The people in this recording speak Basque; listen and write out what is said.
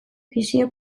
bisio